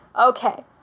Okay